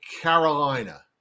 Carolina